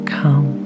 come